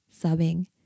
subbing